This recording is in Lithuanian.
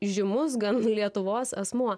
žymus gan lietuvos asmuo